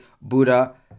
Buddha